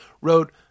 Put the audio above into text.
wrote